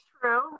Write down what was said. True